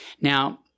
Now